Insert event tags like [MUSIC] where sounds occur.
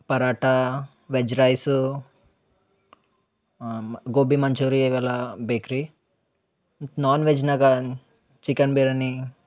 paratha veg rice ಮ ಗೋಬಿಮಂಚೂರಿ ಅವೆಲ್ಲ ಬೇಕು ರೀ [UNINTELLIGIBLE] ನಾನ್ ವೆಜ್ನಾಗ ಚಿಕನ್ ಬಿರ್ಯಾನಿ